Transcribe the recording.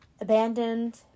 abandoned